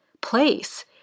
place